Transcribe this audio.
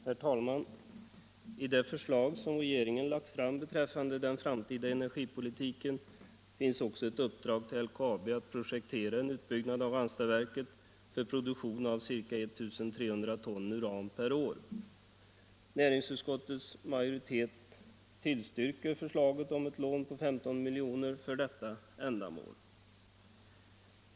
Herr talman! I det förslag som regeringen lagt fram beträffande den framtida energipolitiken finns också ett uppdrag till LKAB att projektera en utbyggnad av Ranstadsverket för produktion av ca 1300 ton uran per år. Näringsutskottets majoritet tillstyrker förslaget om ett lån på 15 milj.kr. för detta ändamål.